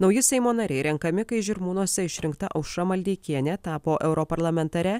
nauji seimo nariai renkami kai žirmūnuose išrinkta aušra maldeikienė tapo europarlamentare